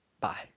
Bye